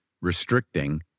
restricting